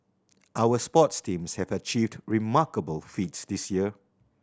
our sports teams have achieved remarkable feats this year